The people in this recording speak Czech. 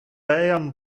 jan